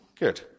Good